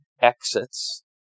exits